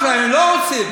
הם לא רוצים.